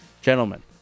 Gentlemen